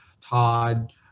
todd